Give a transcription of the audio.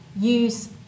use